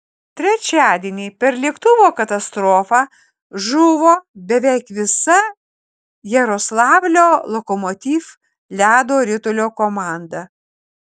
trečiadienį per lėktuvo katastrofą žuvo beveik visa jaroslavlio lokomotiv ledo ritulio komanda